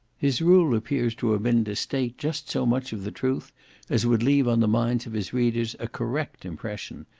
his rule appears to have been to state just so much of the truth as would leave on the minds of his readers a correct impression,